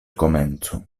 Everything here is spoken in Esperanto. komencu